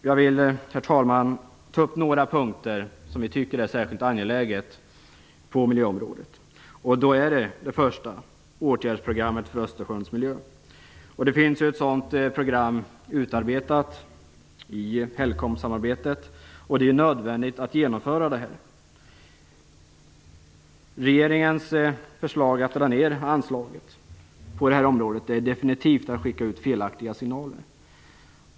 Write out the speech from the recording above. Jag vill, herr talman, ta upp några punkter på miljöområdet som vi tycker är särskilt angelägna. Den första är åtgärdsprogrammet för Östersjöns miljö. Det finns ett sådant program utarbetat i HELCOM-samarbetet. Det är nödvändigt att genomföra detta. Regeringens förslag att dra ner anslaget på detta område är definitivt att skicka ut felaktiga signaler.